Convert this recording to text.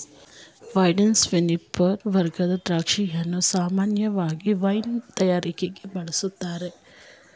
vitis vinifera ವರ್ಗದ ದ್ರಾಕ್ಷಿಯನ್ನು ಸಾಮಾನ್ಯವಾಗಿ ವೈನ್ ತಯಾರಿಕೆಗೆ ಬಳುಸ್ತಾರೆ